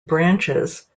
branches